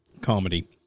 comedy